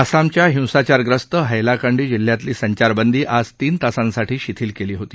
आसामच्या हिंसाचारग्रस्त हव्विकंडी जिल्ह्यातली संचारबंदी आज तीन तासांसाठी शिथिल केली होती